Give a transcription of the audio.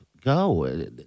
go